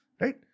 Right